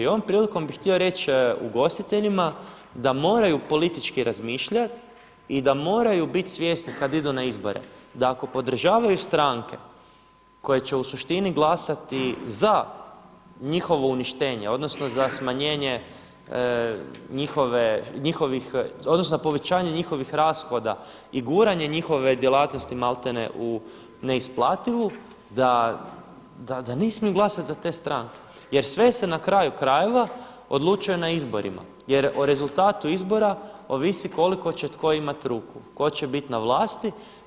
I ovom prilikom bi htio reći ugostiteljima da moraju politički razmišljati i da moraju biti svjesni kada idu na izbore da ako podržavaju stranke koje će u suštini glasati za njihovo uništenje odnosno za smanjenje odnosno za povećanje njihovih rashoda i guranje njihove djelatnosti malte ne u neisplativu da ne smiju glasati za te stranke jer sve se na kraju krajeva odlučuje na izborima jer o rezultatu izbora ovisi koliko će tko imati ruku, tko će biti na vlasti.